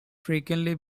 frequently